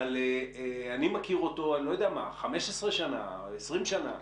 אבל אני מכיר אותו, 15 שנה, 20 שנה.